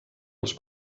als